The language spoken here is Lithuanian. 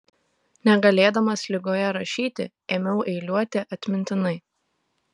negalėdamas ligoje rašyti ėmiau eiliuoti atmintinai